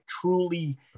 truly